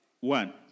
One